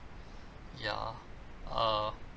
ya uh